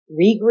regroup